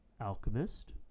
Alchemist